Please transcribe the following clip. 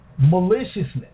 maliciousness